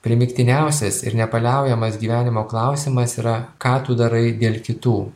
primygtiniausias ir nepaliaujamas gyvenimo klausimas yra ką tu darai dėl kitų